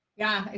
yeah,